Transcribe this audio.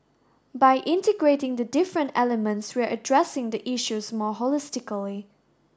by integrating the different elements we are addressing the issues more holistically